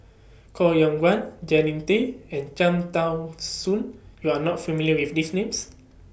Koh Yong Guan Jannie Tay and Cham Tao Soon YOU Are not familiar with These Names